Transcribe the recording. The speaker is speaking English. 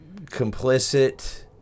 complicit